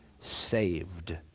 saved